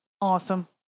Awesome